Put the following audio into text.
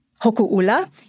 Hoku'ula